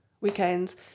weekends